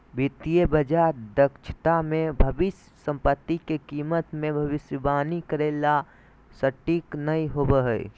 वित्तीय बाजार दक्षता मे भविष्य सम्पत्ति के कीमत मे भविष्यवाणी करे ला सटीक नय होवो हय